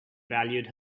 valued